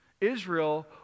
Israel